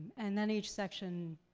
and then each section,